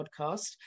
podcast